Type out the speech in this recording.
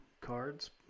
cards